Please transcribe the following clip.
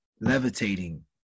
Levitating